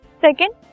Second